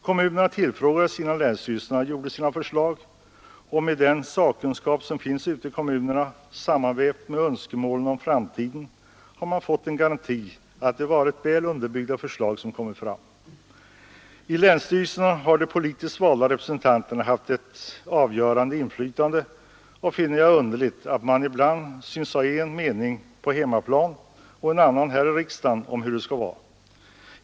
Kommunerna tillfrågades innan länsstyrelsen gjort upp sina förslag, och med den sakkunskap som finns ute i kommunerna, sammanvävd med önskemålen om framtiden, har man fått en garanti för att det varit väl underbyggda förslag som kommit fram. I länsstyrelserna har de politiskt valda representanterna haft ett avgörande inflytande, och jag finner det underligt att man ibland synes ha en mening på hemmaplan och en annan här i riksdagen om hur det skall vara.